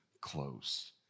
close